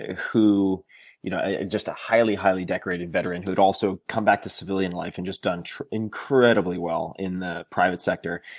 who you know just a highly, highly decorated veteran who had also come back to civilian life and just done incredibly well in the private sector.